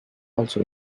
also